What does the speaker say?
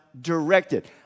directed